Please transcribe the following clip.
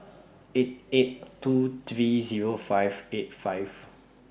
eight eight two three Zero five eight five